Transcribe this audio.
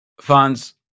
Fons